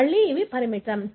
మళ్ళీ ఇవి పరిమితం